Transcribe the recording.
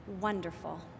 Wonderful